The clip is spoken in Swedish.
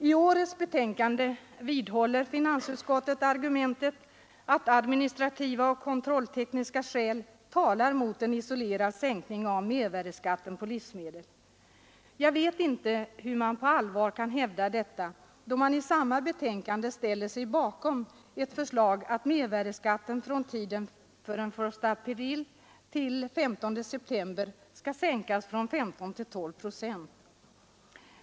I årets betänkande vidhåller finansutskottet argumentet att administrativa och kontrolltekniska skäl talar mot en isolerad sänkning av mervärdeskatten på livsmedel. Jag vet inte hur man på allvar kan hävda detta, då man i samma betänkande ställer sig bakom ett förslag att mervärdeskatten under tiden den 1 april till den 15 september skall sänkas från 15 till 12 procent.